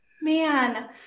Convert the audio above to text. man